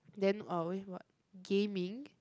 then uh eh what gaming